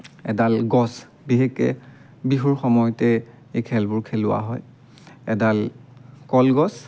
এডাল গছ বিশেষকৈ বিহুৰ সময়তে এই খেলবোৰ খেলোৱা হয় এডাল কলগছ